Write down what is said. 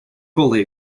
fully